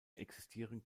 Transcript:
existieren